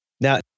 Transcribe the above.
Now